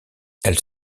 elle